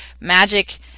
magic